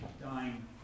dying